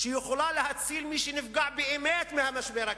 שיכולה להציל את מי שנפגע באמת מהמשבר הכלכלי.